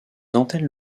antennes